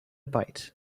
bite